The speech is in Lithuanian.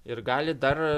ir gali dar